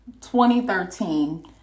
2013